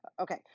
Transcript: Okay